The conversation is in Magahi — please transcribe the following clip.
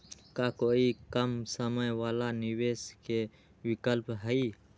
का कोई कम समय वाला निवेस के विकल्प हई?